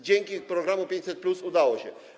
Dzięki programowi 500+ udało się.